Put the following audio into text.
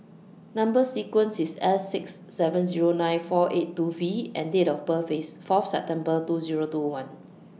Number sequence IS S six seven Zero nine four eight two V and Date of birth IS four of September two Zero two one